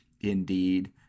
Indeed